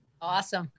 Awesome